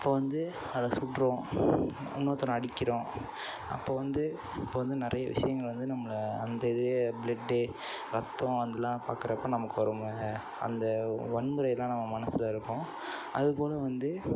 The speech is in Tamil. இப்போது வந்து அதை சுடுறோம் இன்னொருத்தனை அடிக்கிறோம் அப்போது வந்து அப்போது வந்து நிறைய விஷயங்கள வந்து நம்மளை அந்த இதுலேயே ப்ளட்டு ரத்தம் அதலாம் பாக்கிறப்ப நமக்கு ரொம்ப அந்த வன்முறைலாம் நம்ம மனசில் இருக்கும் அதுபோல் வந்து